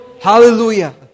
Hallelujah